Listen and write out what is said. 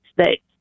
States